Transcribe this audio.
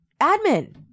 admin